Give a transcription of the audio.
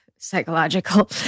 Psychological